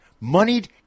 moneyed